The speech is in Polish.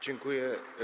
Dziękuję.